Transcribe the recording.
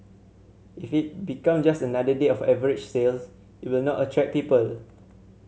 if it becomes just another day of average sales it will not attract people